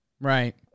Right